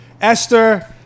Esther